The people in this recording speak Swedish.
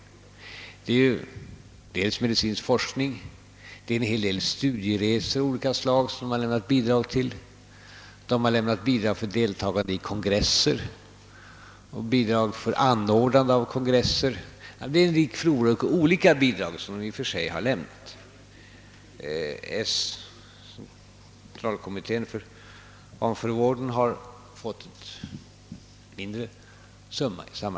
Föreningen har lämnat bidrag till medicinsk forskning, studieresor av olika slag, deltagande i och anordnande av kongresser etc. Centralkommittén för vanförevården har också fått en mindre summa.